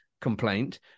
complaint